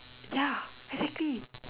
ya exactly